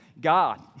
God